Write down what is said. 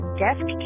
desk